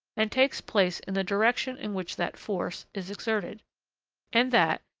and takes place in the direction in which that force is exerted and that,